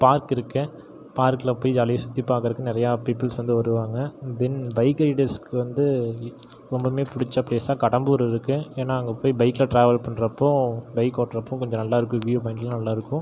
park இருக்குது பார்க்கில போய் ஜாலியாக சுத்தி பார்க்குறதுக்கு நிறையா பிபல்ஸ் வந்து வருவாங்கள் தென் பைக் ரைடர்ஸுக்கு வந்து ரொம்பமே பிடிச்ச பிளேஸா கடம்பூர் இருக்குது ஏன்னால் அங்கே போய் பைக்கில் ட்ராவல் பண்ணுறப்போ பைக் ஓட்டுறப்போ கொஞ்சம் நல்லா இருக்கும் வியூவ் பாயிண்ட்லாம் நல்லா இருக்கும்